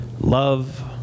love